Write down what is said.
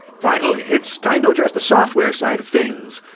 finally, it's time to address the software side of things.